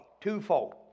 Twofold